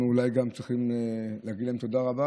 אנחנו אולי צריכים להגיד להם תודה רבה